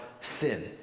sin